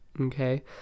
okay